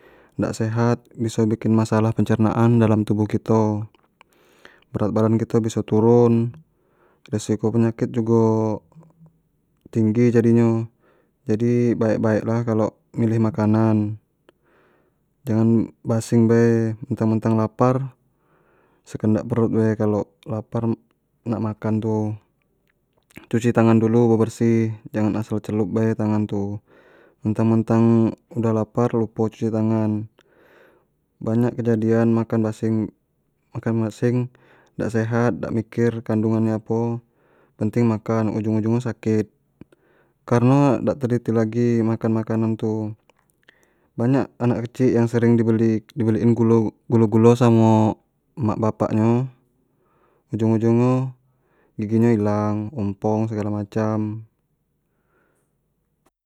Dak sehat biso bikin masalah pencernaan dalam tubuh kito, berat badan kiot biso turun, resiko penyakit jugo tinggi jadi nyo, jadi baek-baek lah kalo milih-milih makanan, jangan basing bae, mentang-mentang lapar sekendak perut bae kalaun lapar nak makan tu cuci tangan dulu be-bersih jangan asal celup-celup bae tangan tu, mentang-mentang udah lapar lupo cuci tangan, banyak kejadian makan basing-makan basing dak sehat, dak mikir kandungan nyo apo yang penting makan, ujung-ujung nyo sakit, kareno dak teliti lagi makan makanan tu, banyak anak kecik yang sering di beli-di beli gulo-gulo samo emak bapak nyo ujung-ujung nyo gigi nyo ilang, ompong segalo macam.